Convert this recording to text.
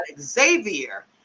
Xavier